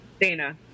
Dana